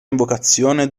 invocazione